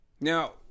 Now